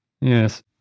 Yes